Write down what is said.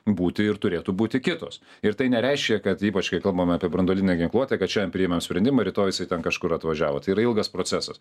būti ir turėtų būti kitos ir tai nereiškia kad ypač kai kalbame apie branduolinę ginkluotę kad šiandien priimam sprendimą ir rytoj jisai ten kažkur atvažiavo tai yra ilgas procesas